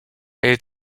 elle